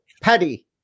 Paddy